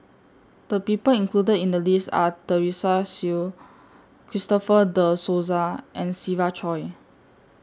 The People included in The list Are Teresa Hsu Christopher De Souza and Siva Choy